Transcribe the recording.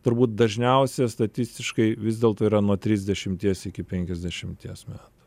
turbūt dažniausia statistiškai vis dėlto yra nuo trisdešimties iki penkiasdešimties metų